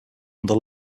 under